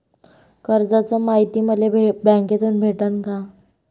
कराच मायती मले बँकेतून भेटन का?